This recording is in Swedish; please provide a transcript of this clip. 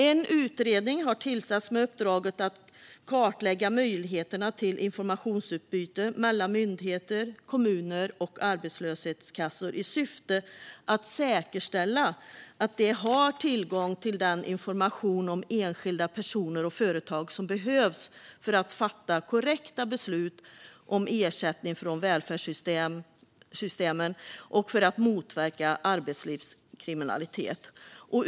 En utredning har tillsatts med uppdraget att kartlägga möjligheterna till informationsutbyte mellan myndigheter, kommuner och arbetslöshetskassor i syfte att säkerställa att de har tillgång till den information om enskilda personer och företag som de behöver för att fatta korrekta beslut om ersättningar från välfärdssystemen och för att motverka arbetslivskriminalitet.